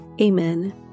amen